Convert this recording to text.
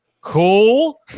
cool